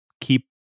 keep